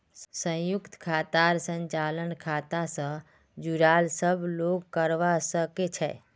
संयुक्त खातार संचालन खाता स जुराल सब लोग करवा सके छै